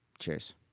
Cheers